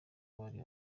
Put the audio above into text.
bari